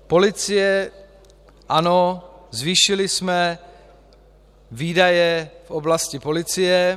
Policie, ano, zvýšili jsme výdaje v oblasti policie.